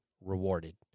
rewarded